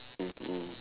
mmhmm